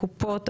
הקופות,